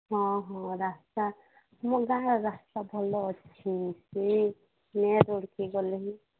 ହଁ ହଁ ରାସ୍ତା ଆମ ଗାଁ ରାସ୍ତା ଭଲ ଅଛି ଗଲେ